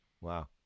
Wow